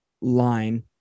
line